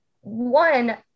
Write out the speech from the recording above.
one